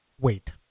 wait